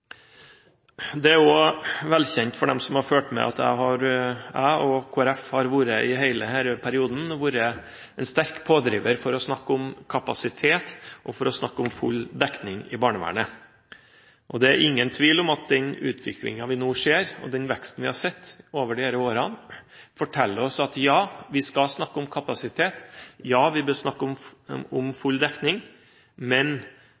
er også vel kjent for dem som har fulgt med, at jeg og Kristelig Folkeparti i hele denne perioden har vært en sterk pådriver for å snakke om kapasitet, og for å snakke om full dekning i barnevernet. Det er ingen tvil om at den utviklingen vi nå ser, og den veksten vi har sett over disse årene, forteller oss at vi skal snakke om kapasitet, og at vi bør snakke om full dekning, men